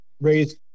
raised